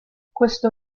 questo